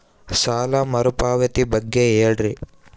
ಸಾಲ ಮರುಪಾವತಿ ಬಗ್ಗೆ ಹೇಳ್ರಿ?